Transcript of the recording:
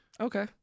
Okay